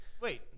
Wait